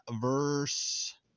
verse